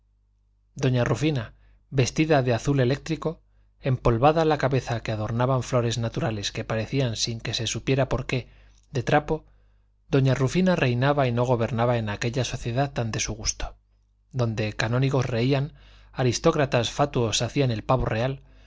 doña rufina vestida de azul eléctrico empolvada la cabeza que adornaban flores naturales que parecían sin que se supiera por qué de trapo doña rufina reinaba y no gobernaba en aquella sociedad tan de su gusto donde canónigos reían aristócratas fatuos hacían el pavo real